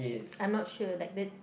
I'm not sure like the